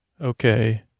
Okay